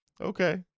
Okay